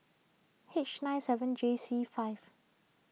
H nine seven J C five